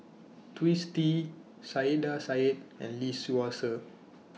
Twisstii Saiedah Said and Lee Seow Ser